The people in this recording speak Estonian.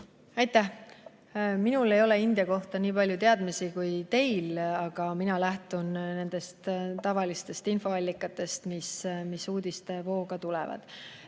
Aitäh! Minul ei ole India kohta nii palju teadmisi kui teil, aga mina lähtun nendest tavalistest infoallikatest, mis uudistevooga tulevad.